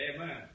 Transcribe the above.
Amen